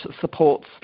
supports